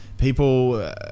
People